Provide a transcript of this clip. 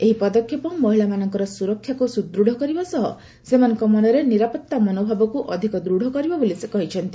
ଏହି ପଦକ୍ଷେପ ମହିଳାମାନଙ୍କ ସୁରକ୍ଷାକୁ ସୁଦୃଢ଼ କରିବା ସହ ସେମାନଙ୍କ ମନରେ ନିରାପତ୍ତା ମନୋଭାବକୁ ଅଧିକ ଦୂଢ଼ କରିବ ବୋଲି ସେ କହିଛନ୍ତି